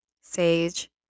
Sage